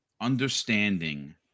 understanding